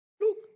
Look